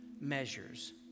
measures